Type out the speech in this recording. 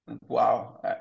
Wow